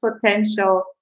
potential